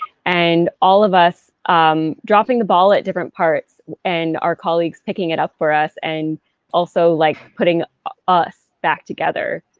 and all of us dropping the ball at different parts and our colleagues picking it up for us and also like putting us back together